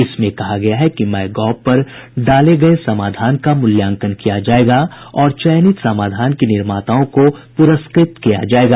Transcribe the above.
इसमें कहा गया है कि माय गॉव पर डाले गए समाधान का मूल्यांकन किया जाएगा और चयनित समाधान के निर्माताओं को पुरस्कृत किया जाएगा